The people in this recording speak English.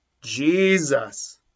Jesus